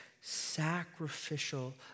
sacrificial